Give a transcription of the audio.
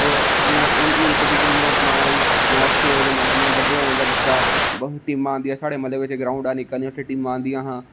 जि'यां हून दिक्खो जि'यां फलाना मैच छे बजे मैच जि'यां बड्डे होई जंदा बच्चा साढ़े म्हले च टीमां आंदियां हां